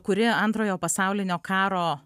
kuri antrojo pasaulinio karo